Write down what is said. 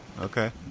okay